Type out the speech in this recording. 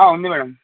ఆ ఉంది మేడం